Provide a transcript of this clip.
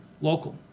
local